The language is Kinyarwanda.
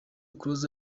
close